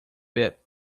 bit